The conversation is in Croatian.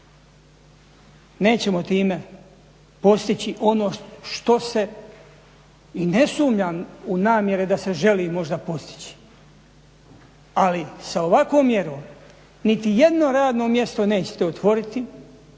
Nećemo time postići ono što se, i ne sumnjam u namjere da se želi možda postići, ali sa ovakvom mjerom nitijedno radno mjesto nećete otvoriti,